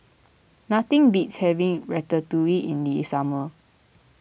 nothing beats having Ratatouille in the summer